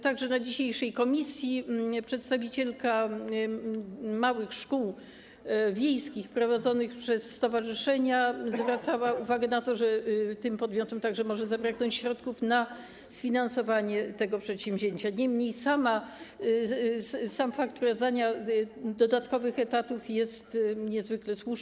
Także dzisiaj na posiedzeniu komisji przedstawicielka małych szkół wiejskich prowadzonych przez stowarzyszenia zwracała uwagę na to, że tym podmiotom może zabraknąć środków na sfinansowanie tego przedsięwzięcia, niemniej sam fakt wprowadzania dodatkowych etatów jest niezwykle słuszny.